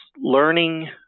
learning